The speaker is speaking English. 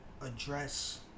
address